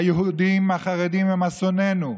היהודים החרדים הם אסוננו,